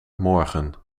morgen